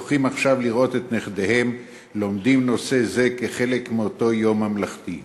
זוכים עכשיו לראות את נכדיהם לומדים נושא זה כחלק מאותו יום ממלכתי.